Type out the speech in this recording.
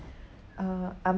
uh I'm